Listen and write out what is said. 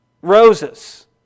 roses